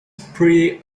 pretty